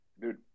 Dude